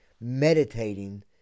meditating